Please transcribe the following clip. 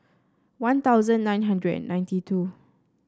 One Thousand nine hundred and ninety two